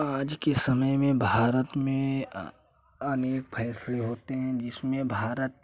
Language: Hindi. आज के समय में भारत में अनेक फैसले होते हैं जिसमें भारत